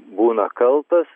būna kaltas